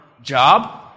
job